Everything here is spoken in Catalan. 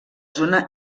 zona